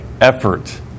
effort